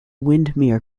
windermere